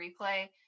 replay